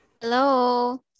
Hello